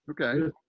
okay